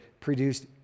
produced